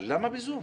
אבל למה ב"זום"?